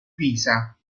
pisa